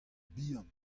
bihan